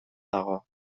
dago